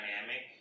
dynamic